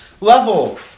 level